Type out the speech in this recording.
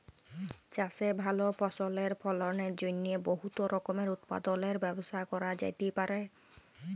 চাষে ভাল ফসলের ফলনের জ্যনহে বহুত রকমের উৎপাদলের ব্যবস্থা ক্যরা যাতে পারে